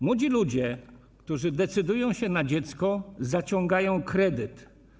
Młodzi ludzie, którzy decydują się na dziecko, zaciągają kredyt.